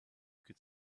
could